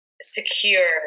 secure